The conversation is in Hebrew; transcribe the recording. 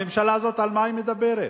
הממשלה הזאת, על מה היא מדברת?